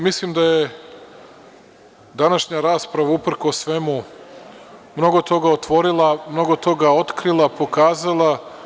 Mislim da je današnja rasprava, uprkos svemu, mnogo toga otvorila, otkrila, pokazala.